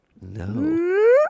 No